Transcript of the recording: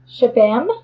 shabam